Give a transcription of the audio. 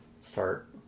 start